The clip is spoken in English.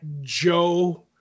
joe